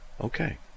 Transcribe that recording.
okay